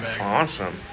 Awesome